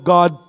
God